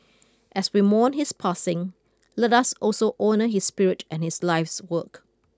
as we mourn his passing let us also honour his spirit and his life's work